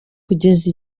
kugeza